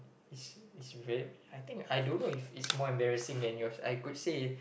is is very I think I don't know if it's more embarrassing than yours I could say